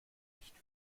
nicht